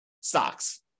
stocks